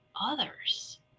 others